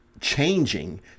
changing